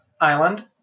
Island